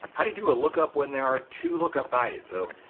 how do you do a look up when there are two look up by it? so,